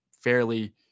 fairly